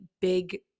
big